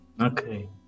Okay